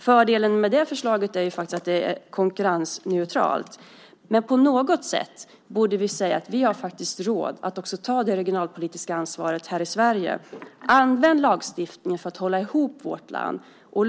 Fördelen med det är att det är konkurrensneutralt. På något sätt borde vi säga att vi har råd att också ta det regionalpolitiska ansvaret här i Sverige. Använd lagstiftningen för att hålla ihop vårt land!